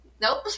Nope